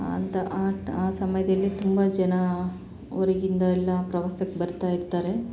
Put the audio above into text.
ಅಂಥ ಆ ಆ ಸಮಯದಲ್ಲಿ ತುಂಬ ಜನ ಹೊರಗಿಂದ ಎಲ್ಲ ಪ್ರವಾಸಕ್ಕೆ ಬರ್ತಾ ಇರ್ತಾರೆ